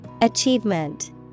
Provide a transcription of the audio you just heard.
Achievement